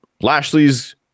Lashley's